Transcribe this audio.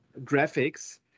graphics